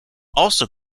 also